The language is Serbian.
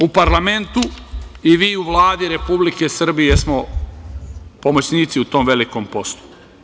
Mi u parlamentu i vi u Vladi Republike Srbije smo pomoćnici u tom velikom poslu.